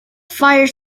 fire